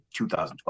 2012